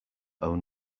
own